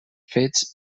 fets